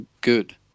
good